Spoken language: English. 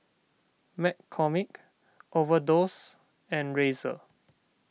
McCormick Overdose and Razer